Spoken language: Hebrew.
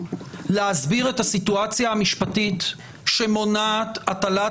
להסביר את הסיטואציה המשפטית שמונעת הטלת